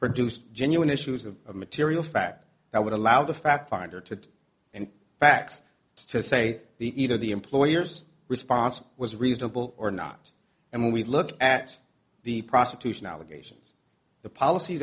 produced genuine issues of material fact that would allow the fact finder to and facts to say the either the employer's response was reasonable or not and when we look at the prostitution allegations the